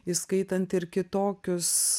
įskaitant ir kitokius